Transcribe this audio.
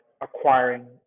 acquiring